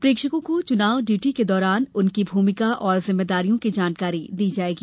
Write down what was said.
प्रेक्षकों को च्नाव ड्यूटी के दौरान उनकी भूमिका और जिम्मेदारियों की जानकारी दी जाएगी